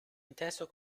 inteso